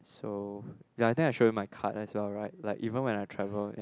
so ya I think I should have my card as well right like even when I travel ya